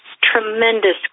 tremendous